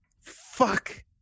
fuck